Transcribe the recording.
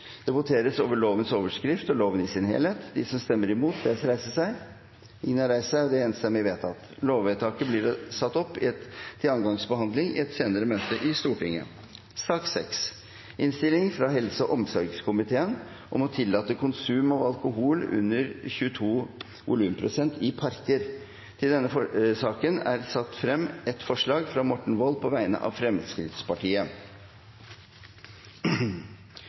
Det voteres over lovens overskrift og loven i sin helhet. Lovvedtaket vil bli satt opp til andre gangs behandling i et senere møte i Stortinget. Det voteres over lovens overskrift og loven i sin helhet. Lovvedtaket vil bli satt opp til andre gangs behandling i et senere møte i Stortinget. Under debatten er det satt frem ett forslag. Det er forslag nr. 1, fra Morten Wold på vegne av Fremskrittspartiet.